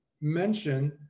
mention